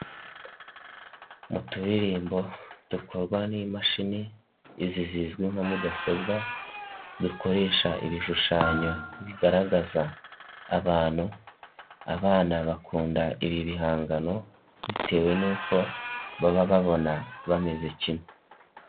Mu turirimbo dukorwa n'imashini, izi zizwi nka mudasobwa, dukoresha ibishushanyo bigaragaza abantu, abana bakunda ibi bihangano bitewe n'uko baba babona bameze kimwe.